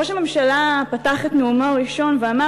ראש הממשלה פתח את נאומו הראשון ואמר